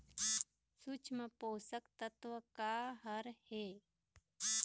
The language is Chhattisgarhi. सूक्ष्म पोषक तत्व का हर हे?